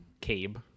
Cabe